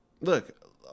Look